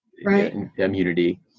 immunity